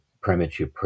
premature